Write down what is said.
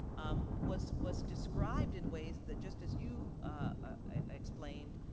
um was was described in ways that just as you ah explained,